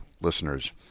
listeners